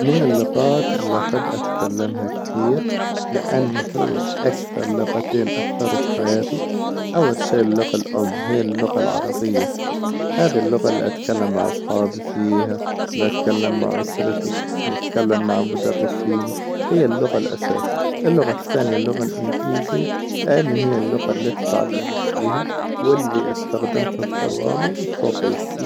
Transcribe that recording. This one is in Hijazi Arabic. من اللغات إللي أحب أتكلمها كثير لأن هي أكثر لغتين أثروا في حياتي، أول شي اللغة الأم هي اللغة العربية هذي اللغة إللي أتكلم مع أصحابي فيها، إللي أتكلم مع أسرتي، إللي أتكلم مع مدرسيني هي اللغة الأساس، اللغة الثانية اللغة الإنجليزية، لأن هي اللغة إللي تعلمت فيها وإللي أستخدمها في دوامي وفي ظيفتي.